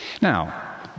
Now